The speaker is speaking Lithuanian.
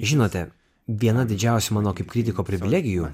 žinote viena didžiausių mano kaip kritiko privilegijų